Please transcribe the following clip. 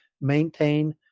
maintain